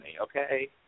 okay